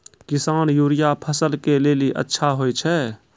किसान यूरिया फसल के लेली अच्छा होय छै?